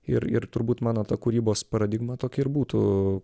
ir ir turbūt mano ta kūrybos paradigma tokia ir būtų